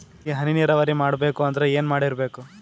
ಈ ಹನಿ ನೀರಾವರಿ ಮಾಡಬೇಕು ಅಂದ್ರ ಏನ್ ಮಾಡಿರಬೇಕು?